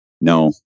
no